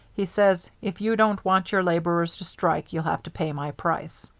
he says, if you don't want your laborers to strike, you'll have to pay my price